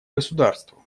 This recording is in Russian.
государству